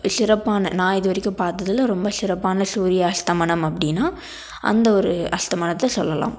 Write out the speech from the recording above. சிறப்பான நான் இதுவரைக்கும் பார்த்ததுல ரொம்ப சிறப்பான சூரிய அஸ்தமனம் அப்படின்னா அந்த ஒரு அஸ்தமனத்தை சொல்லலாம்